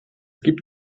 gibt